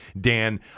Dan